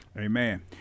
Amen